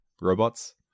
robots